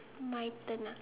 my turn ah